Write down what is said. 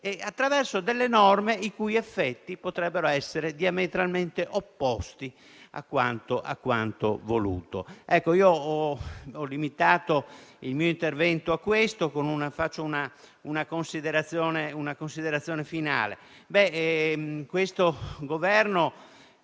attraverso delle norme i cui effetti potrebbero essere diametralmente opposti a quanto voluto. Ho limitato il mio intervento a questo e faccio una considerazione finale. Il Governo